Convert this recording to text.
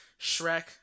Shrek